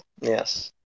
Yes